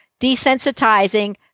desensitizing